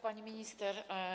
Pani Minister!